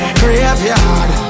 graveyard